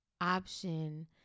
option